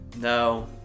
No